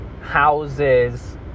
houses